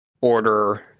order